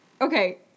okay